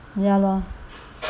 ya lor